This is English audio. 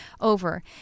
over